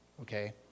okay